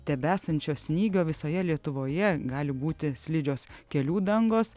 tebesančio snygio visoje lietuvoje gali būti slidžios kelių dangos